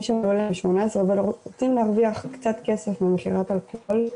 שמלאו להם 18 ושרוצים להרוויח קצת כסף ממכירת אלכוהול,